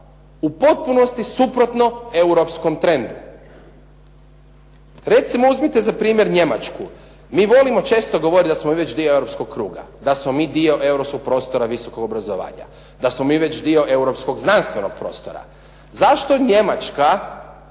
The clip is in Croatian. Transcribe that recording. U potpunosti suprotno europskom trendu. Recimo uzmite za primjer Njemačku, mi volimo često govoriti da smo već dio europskog kruga. Da smo mi dio europskog prostora visokog obrazovanja, da smo mi već dio europskog znanstvenog prostora. Zašto Njemačka